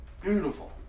Beautiful